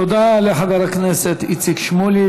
תודה לחבר הכנסת איציק שמולי.